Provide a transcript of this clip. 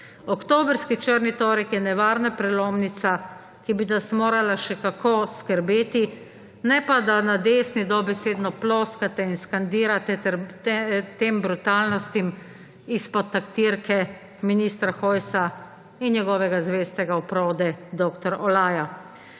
Oktobrski črni torek je nevarna prelomnica, ki bi nas morala še kako skrbeti, ne pa, da na desni dobesedno ploskate in skandirate tem brutalnostim izpod taktirke ministra Hojsa in njegove zvestega oprode dr. Olaja.